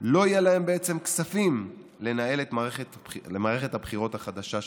לא יהיו כספים לנהל את מערכת הבחירות החדשה שתבוא.